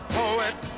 poet